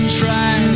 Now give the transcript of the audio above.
try